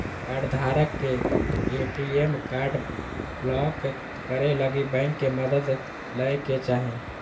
कार्डधारक के ATM card block करे लगी बैंक के मदद लय के चाही